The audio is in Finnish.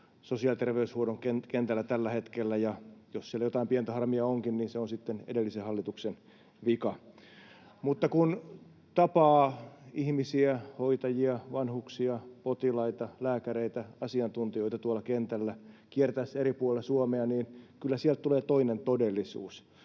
sosiaali- ja terveyshuollon kentällä tällä hetkellä, ja jos siellä jotain pientä harmia onkin, niin se on sitten edellisen hallituksen vika. Mutta kun tapaa ihmisiä, hoitajia, vanhuksia, potilaita, lääkäreitä ja asiantuntijoita, tuolla kentällä kiertäessä eri puolilla Suomea, niin kyllä sieltä tulee toinen todellisuus.